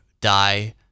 die